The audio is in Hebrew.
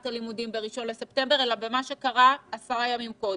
הלימודים ב-1 בספטמבר אלא למה שקרה עשרה ימים קודם.